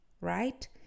right